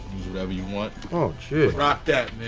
whatever you want. oh geez. rock that,